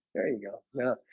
there you go yeah,